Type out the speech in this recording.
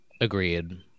agreed